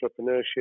entrepreneurship